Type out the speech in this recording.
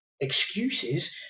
excuses